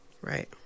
Right